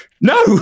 no